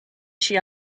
she